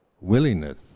willingness